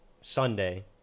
Sunday